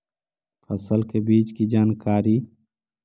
फसल के बीज की जानकारी?